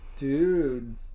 Dude